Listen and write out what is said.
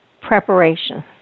preparation